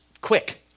quick